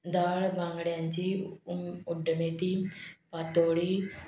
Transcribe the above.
दाळ बांगड्यांची उड्डमेथी पातोळी